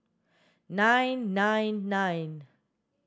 nine nine nine